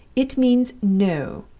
it means no